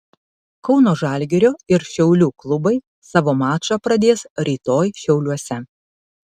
kauno žalgirio ir šiaulių klubai savo mačą pradės rytoj šiauliuose